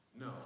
No